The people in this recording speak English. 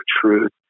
truth